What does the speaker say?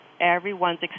Everyone's